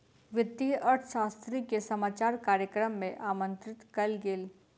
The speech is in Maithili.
वित्तीय अर्थशास्त्री के समाचार कार्यक्रम में आमंत्रित कयल गेल